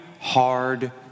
hard